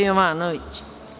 Jovanović.